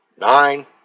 Nine